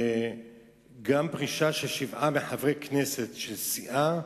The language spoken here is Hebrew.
שגם פרישה של שבעה חברי כנסת של סיעה,